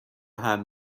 حمل